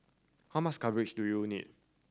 how much coverage do you need